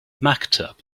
maktub